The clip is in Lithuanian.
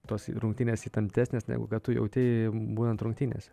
tos rungtynės įtemptesnės negu tu jautei būnant rungtynėse